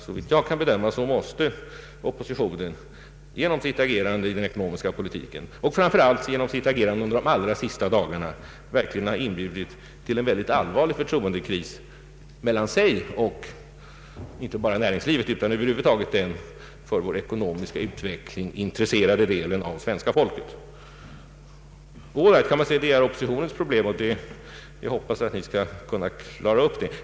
Såvitt jag kan bedöma måste oppositionen genom sitt agerande i den ekonomiska politiken, framför allt genom sitt agerande under de allra senaste dagarna, verkligen ha inbjudit till en allvarlig förtroendekris mellan sig och inte bara näringslivet utan över huvud taget den för vår ekonomiska utveckling intresserade delen av svenska folket. Men det är oppositionens problem, och jag hoppas att ni skall kunna klara upp det.